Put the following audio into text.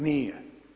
Nije.